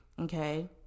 Okay